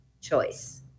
choice